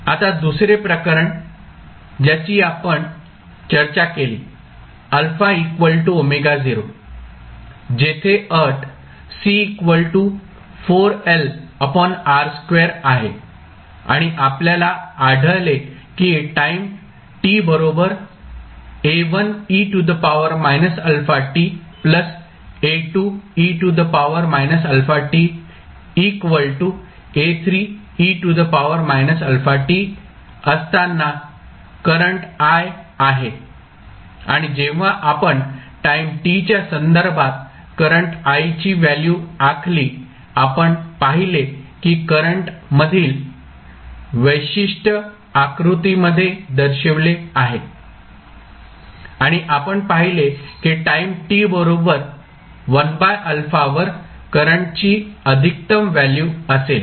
आता दुसरे प्रकरण ज्याची आपण चर्चा केली जेथे अट आहे आणि आपल्याला आढळले की टाईम t बरोबर असतांना करंट i आहे आणि जेव्हा आपण टाईम t च्या संदर्भात करंट i ची व्हॅल्यू आखली आपण पाहिले की करंट मधील वैशिष्ट्य आकृतीमध्ये दर्शविले आहे आणि आपण पाहिले की टाईम t बरोबर 1α वर करंटची अधिकतम व्हॅल्यू असेल